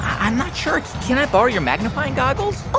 i'm not sure. can i borrow your magnifying goggles?